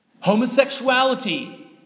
Homosexuality